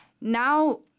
now